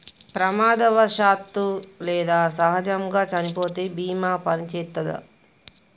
ప్రమాదవశాత్తు లేదా సహజముగా చనిపోతే బీమా పనిచేత్తదా?